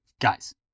guys